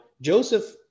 Joseph